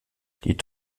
die